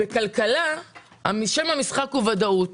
בכלכלה שם המשחק הוא ודאות.